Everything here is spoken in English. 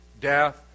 death